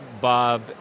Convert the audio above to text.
Bob